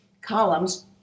columns